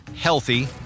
healthy